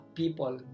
people